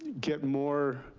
get more